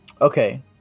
Okay